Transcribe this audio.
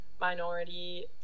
minority